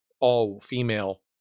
all-female